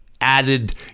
added